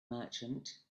merchant